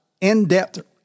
in-depth